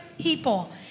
people